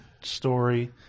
story